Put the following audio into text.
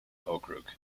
okrug